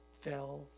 fell